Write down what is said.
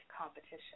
competition